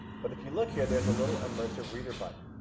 but if you look here, there's a little immersive reader button,